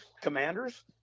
commanders